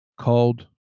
called